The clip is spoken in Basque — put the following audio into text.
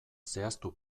zehaztu